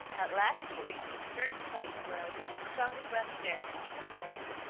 at last he reached a certain place where a little stronger breath of air tickled his nose.